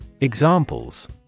Examples